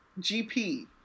GP